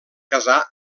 casar